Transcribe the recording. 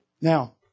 Now